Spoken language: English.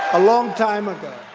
a long time ago.